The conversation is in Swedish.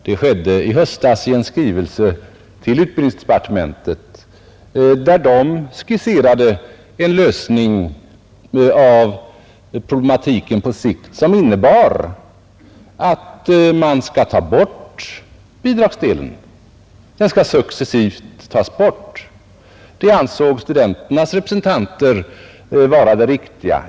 Det skedde i höstas i en skrivelse till utbildningsdepartementet, där det skisserades en lösning av problematiken på sikt, som innebar att man skulle ta bort bidragsdelen. Den skulle successivt tas bort. Det ansåg studenternas representanter vara det riktiga.